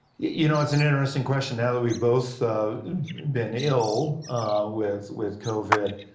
you know, it's an interesting question. now that we've both been ill with with covid,